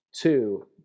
Two